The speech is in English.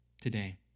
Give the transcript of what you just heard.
today